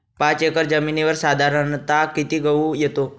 पाच एकर जमिनीवर साधारणत: किती गहू येतो?